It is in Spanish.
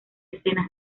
escenas